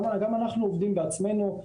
גם אנחנו עובדים בעצמנו,